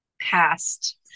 past